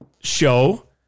show